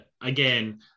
again